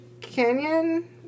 Canyon